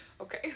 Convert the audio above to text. Okay